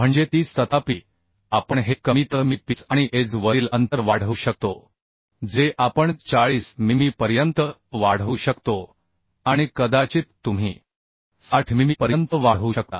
म्हणजे 30 तथापि आपण हे कमीतकमी पिच आणि एज वरील अंतर वाढवू शकतो जे आपण 40 मिमी पर्यंत वाढवू शकतो आणि कदाचित तुम्ही 60 मिमी पर्यंत वाढवू शकता